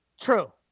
True